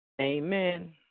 amen